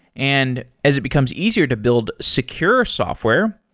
and as it becomes easier to build secure software,